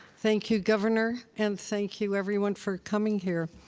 thank you, governor. and thank you, everyone, for coming here.